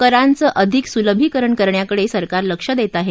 करांचं अधिक सुलभीकरण करण्याकडे सरकार लक्ष देत आहे